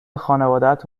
خانوادت